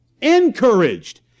encouraged